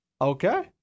Okay